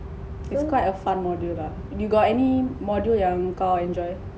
its quite a fun module ah do you got any module yang kau enjoy